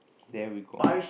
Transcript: there we go